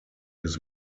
his